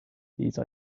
these